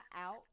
out